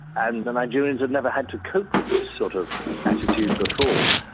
and the nigerians have never had to cope with this sort of attitude before,